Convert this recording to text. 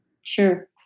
Sure